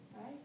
right